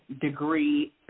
degree